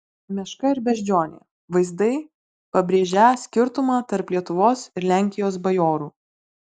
meška ir beždžionė vaizdai pabrėžią skirtumą tarp lietuvos ir lenkijos bajorų